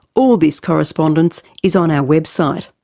all this correspondence is on our website.